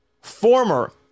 former